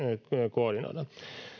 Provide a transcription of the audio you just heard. koordinoidaan